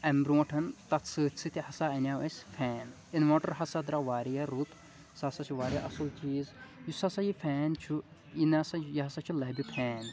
امہِ برٛونٛٹھ تتھ سۭتۍ سۭتۍ ہسا انیاو اسہِ فین اِنوٲٹر ہسا درٛاو واریاہ رُت سُہ ہسا چھُ واریاہ اصل چیٖز یُس ہسا یہِ فین چھُ یہِ نہ ہسا یہِ ہسا چھُ لبہِ فین